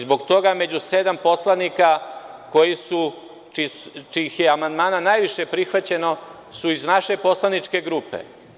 Zbog toga među sedam poslanika čijih je amandmana najviše prihvaćeno, su iz naše poslaničke grupe.